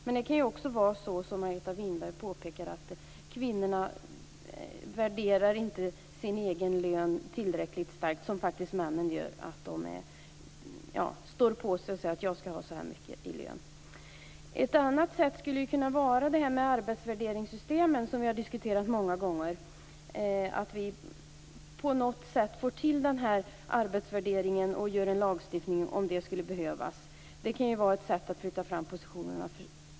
Men det kan ju också vara så som Margareta Winberg påpekade att kvinnorna inte värderar sin kompetens tillräckligt starkt, som faktiskt männen gör, och står på sig och säger: Jag skall ha så här mycket i lön. Ett annat sätt för att flytta fram positionerna för kvinnors löner skulle kunna vara arbetsvärderingssystemen, som vi har diskuterat många gånger, att på något sätt få till arbetsvärderingen och göra en lagstiftning om det skulle behövas.